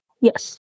Yes